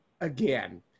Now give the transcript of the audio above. again